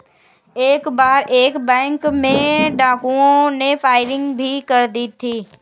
एक बार एक बैंक में डाकुओं ने फायरिंग भी कर दी थी